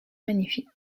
magnifiques